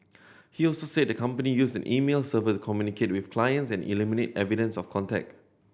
he also said the company used an email server communicate with clients and eliminate evidence of contact